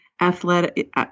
athletic